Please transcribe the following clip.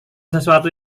sesuatu